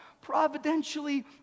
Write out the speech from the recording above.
providentially